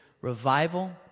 revival